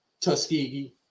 Tuskegee